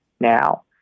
now